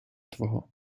твого